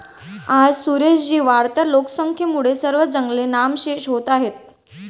आज सुरेश जी, वाढत्या लोकसंख्येमुळे सर्व जंगले नामशेष होत आहेत